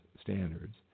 standards